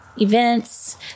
events